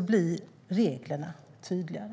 blir reglerna tydligare.